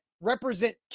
represent